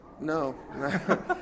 no